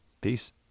Peace